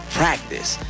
practice